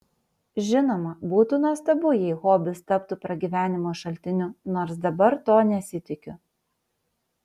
žinoma būtų nuostabu jei hobis taptų pragyvenimo šaltiniu nors dabar to nesitikiu